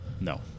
No